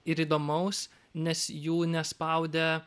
ir įdomaus nes jų nespaudė